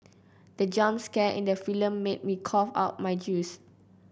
the jump scare in the film made me cough out my juice